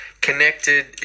connected